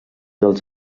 dels